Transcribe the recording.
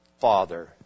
Father